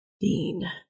Dean